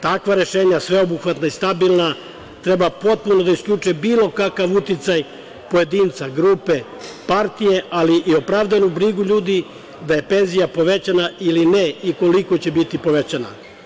Takva rešenja, sveobuhvatna i stabilna, treba potpuno da isključe bilo kakav uticaj pojedinca, grupe, partije, ali i opravdanu brigu ljudi da je penzija povećana ili ne i koliko će biti povećana.